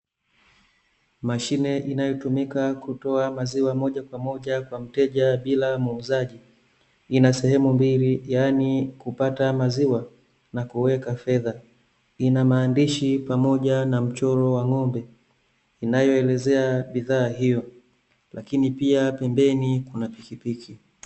Mashine inayotumika kutoa maziwa moja kwa moja kwa mteja bila muuzaji, ina sehemu mbili yaani kupata maziwa na kuweka fedha, ina maandishi pamoja na mchoro wa ng'ombe, inayoelezea bidhaa hiyo, lakini pia pembeni kuna pikipiki.